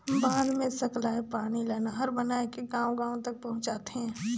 बांध मे सकलाए पानी ल नहर बनाए के गांव गांव तक पहुंचाथें